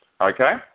Okay